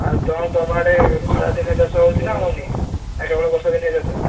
ଆଉ କ'ଣ ତୁମ ଆଡ଼େ ଖରାଦିନେ ଚାଷ ହେଉଛି ନା ହେଉନି ନା କେବଳ ବର୍ଷା ଦିନିଆ ଚାଷ